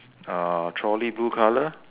uh trolley blue colour